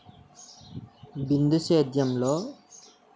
నేను యే యే స్కీమ్స్ కి అర్హుడినో తెలుసుకోవచ్చా?